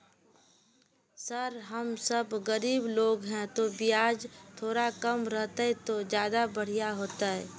sir हम सब गरीब लोग है तो बियाज थोड़ा कम रहते तो ज्यदा बढ़िया होते